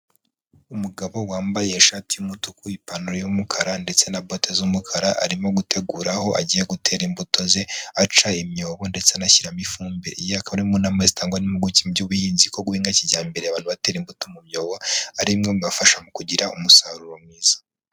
Umugabo wambaye ishati y'umutuku, ipantaro y'umukara, ndetse na bote z'umukara, arimo gutegura aho agiye gutera imbuto ze, aca imyobo ndetse anashyiramo ifumbire. Iyi akaba ari inama zitangwa n'impuguke mu by'ubuhinzi, kuko guhinga kijyambere abantu batera imbuto mu byobo ari imwe mu bibafasha mu kugira umusaruro mwiza.